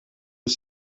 aux